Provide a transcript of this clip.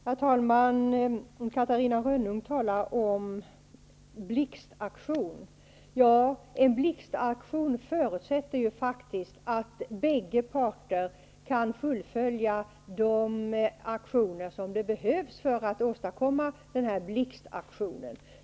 Herr talman! Catarina Rönnung talar om en ''blixtaktion''. En blixtaktion förutsätter faktiskt att bägge parter kan uppfylla förutsättningarna för att åstadkomma en sådan aktion.